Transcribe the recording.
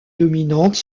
dominante